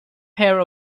pair